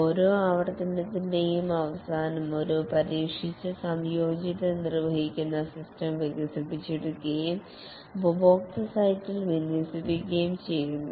ഓരോ ആവർത്തനത്തിൻറെയും അവസാനം ഒരു പരീക്ഷിച്ച സംയോജിത നിർവ്വഹിക്കുന്ന സിസ്റ്റം വികസിപ്പിച്ചെടുക്കുകയും ഉപഭോക്തൃ സൈറ്റിൽ വിന്യസിക്കുകയും ചെയ്യുന്നു